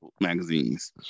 magazines